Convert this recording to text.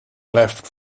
left